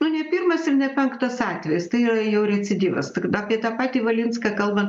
nu ne pirmas ir ne penktas atvejis tai yra jau recidyvas tak apie tą patį valinską kalbant